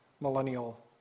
millennial